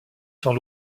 sans